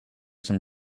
some